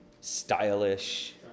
Stylish